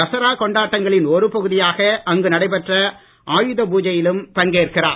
தசரா கொண்டாட்டங்களின் ஒரு பகுதியாக அவர் நடைபெற்ற ஆயுதபூஜையிலும் பங்கேற்கிறார்